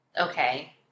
okay